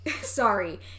sorry